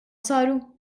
saru